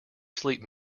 sleep